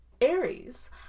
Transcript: Aries